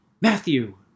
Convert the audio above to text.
Matthew